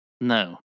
No